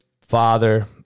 father